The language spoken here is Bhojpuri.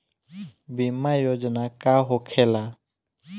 बीमा योजना का होखे ला?